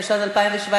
התשע"ז 2017,